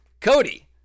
Cody